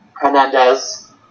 Hernandez